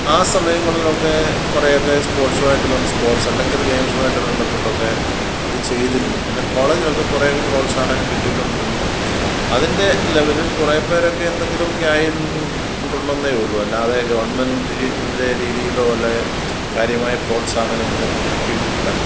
ആ സമയങ്ങളിലൊക്കെ കുറേയൊക്കെ സ്പോർട്സുമായിട്ട് ബന് സ്പോർട്സ് അല്ലെങ്കിൽ ഗെയിംസുമായിട്ട് ബന്ധപ്പെട്ടൊക്കെ ഇത് ചെയ്തിരുന്നു പിന്നെ കോളേജിലൊക്കെ കുറേയൊക്കെ പ്രോത്സാഹനം കിട്ടിക്കൊണ്ടിരുന്നു അതിൻ്റെ ലെവലിൽ കുറേ പേരൊക്കെ എന്തെങ്കിലും ഒക്കെ ആയിരുന്നിട്ടുണ്ടെന്നേ ഉള്ളു അല്ലാതെ ഗവൺമെന്റ് ൻ്റെ രീതിയിലോ അല്ലേ കാര്യമായ പ്രോത്സാഹനങ്ങളൊന്നും കിട്ടിയിട്ടില്ല